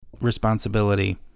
responsibility